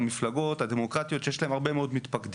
המפלגות הדמוקרטיות שיש להן הרבה מאוד מתפקדים,